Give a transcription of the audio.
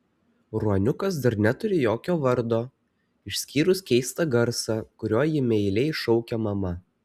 ruoniukas dar neturi jokio vardo išskyrus keistą garsą kuriuo jį meiliai šaukia mama